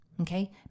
Okay